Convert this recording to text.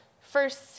First